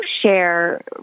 share